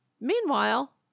meanwhile